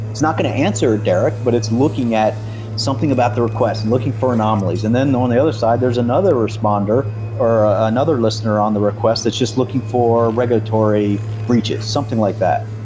it's not going to answer derek, but it's looking at something about the requests, and looking for anomalies and then on the other side, there's another responder or another listener on the request that's just looking for regulatory breaches, something like that.